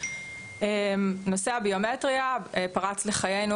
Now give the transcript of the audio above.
נושא הביומטריה פרץ לחיינו,